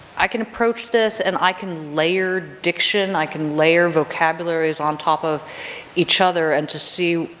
i can approach this and i can layer diction, i can layer vocabularies on top of each other, and to see,